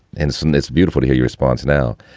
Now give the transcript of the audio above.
anderson, it's beautiful to hear your response. now,